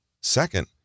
Second